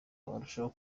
barushaho